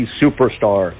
superstar